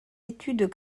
études